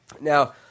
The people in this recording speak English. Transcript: Now